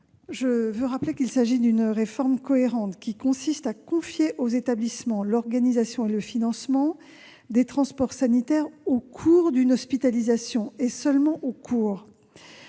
je veux rappeler qu'il s'agit d'une réforme cohérente, consistant à confier aux établissements l'organisation et le financement des transports sanitaires au cours d'une hospitalisation, et seulement dans